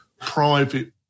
private